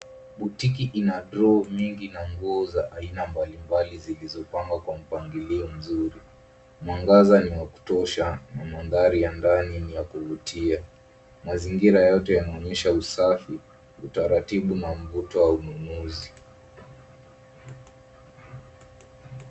Botique ina draw mingi na nguo za aina mbalimbali zilizopangwa kwa mpangilio mzuri. Mwangaza ni wa kutosha na mandhari ya ndani ni ya kuvutia. Mazingira yote yanaonyesha usafi, utaratibu na mvuto wa ununuzi.